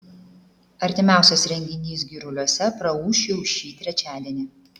artimiausias renginys giruliuose praūš jau šį trečiadienį